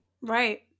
Right